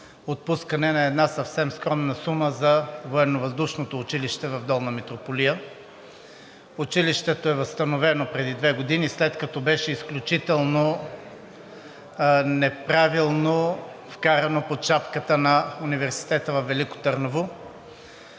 отпускане на една съвсем скромна сума за Военновъздушното училище в Долна Митрополия. Училището е възстановено преди две години, след като беше изключително неправилно вкарано под шапката на Университета във Велико Търново.